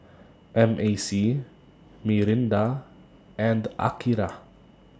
M A C Mirinda and Akira